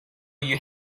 you